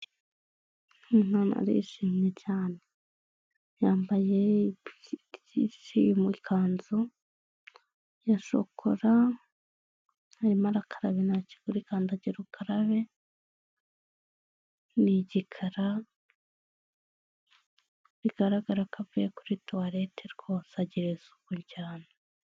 Umwana arishimye cyane, yambaye ikanzu ya shokora, arimo arakaraba intoki kuri kandagira ukarabe, ni igikara bigaragara ko avuye kuri tuwalete rwose agira isuku cyane .